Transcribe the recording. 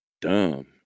dumb